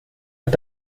hat